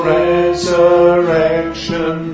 resurrection